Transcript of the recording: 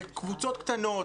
בקבוצות קטנות,